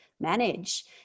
manage